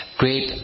great